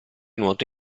nuoto